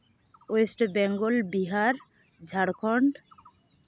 West Bengal Bihar Jharkhand